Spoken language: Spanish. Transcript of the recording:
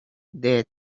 dead